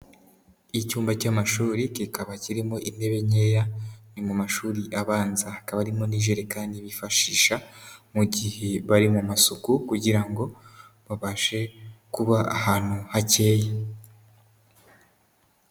Icyumba cy'amashuri kikaba kirimo intebe nkeya, ni mu mashuri abanza, hakaba harimo n'ijerekani bifashisha mu gihe bari mu masuku kugira ngo babashe kuba ahantu hakeye.